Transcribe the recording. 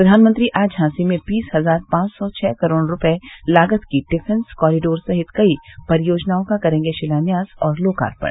प्रधानमंत्री आज झांसी में बीस हज़ार पांच सौ छह करोड़ रूपये लागत की डिफ़ंस कॉरिडोर सहित कई परियोजनाओं का करेंगे शिलान्यास और लोकार्पण